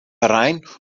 terrein